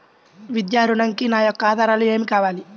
విద్యా ఋణంకి నా యొక్క ఆధారాలు ఏమి కావాలి?